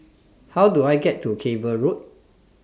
How Do I get to Cable Road